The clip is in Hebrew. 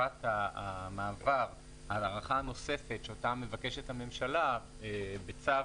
תקופת המעבר על ההארכה הנוספת שאותה מבקשת הממשלה בצו